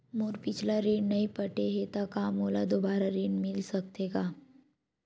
मोर पिछला ऋण नइ पटे हे त का मोला दुबारा ऋण मिल सकथे का?